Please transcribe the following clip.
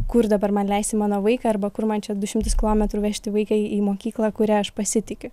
kur dabar man leisti mano vaiką arba kur man čia du šimtus kilometrų vežti vaiką į į mokyklą kuria aš pasitikiu